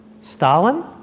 Stalin